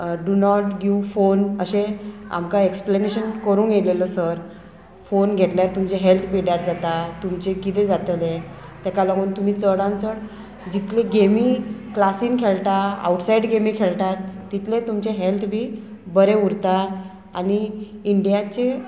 do not give phone अशें आमकां explanation करूंक येयलेलो सर फोन घेतल्यार तुमचे हेल्थ पिड्यार जाता तुमचें किदें जातलें ताका लागून तुमी चडान चड जितली गेमी क्लासीन खेळटा आवटसायड गेम्यो खेळटात तितले तुमचे हॅल्थ बी बरें उरता आनी इंडियाचें